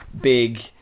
big